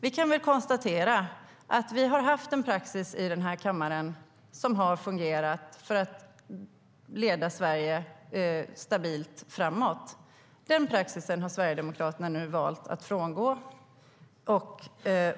Vi kan väl konstatera att vi haft en praxis i kammaren som fungerat när det gällt att leda Sverige stabilt framåt. Denna praxis har Sverigedemokraterna nu valt att frångå.